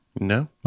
No